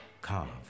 carved